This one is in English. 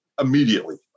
immediately